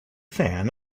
fan